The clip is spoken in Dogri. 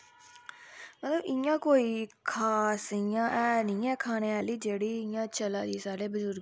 हां नमश्कार माराज जि'यां हून गल्ल कीती जाऽ भांडें दे बारै च भांडे दिक्खो जी मतलब सारें गै चाहिदे होंदे